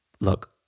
look